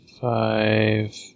five